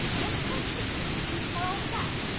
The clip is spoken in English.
and, tentatively, she smiled back.